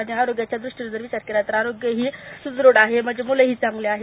आणि आरोग्याच्या दृष्टीनं जर विचार केला तर आरोग्यही सुद्रढ आहे माझी मूलंही चांगली आहेत